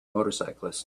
motorcyclist